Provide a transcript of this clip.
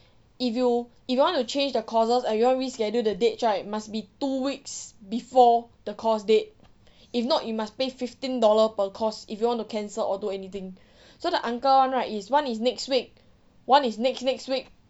if you if you want to change the courses or you want to reschedule the dates right must be two weeks before the course date if not you must pay fifteen dollar per course if you want to cancel or do anything so the uncle [one] right is one is next week [one] is next next week